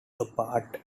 apart